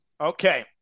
Okay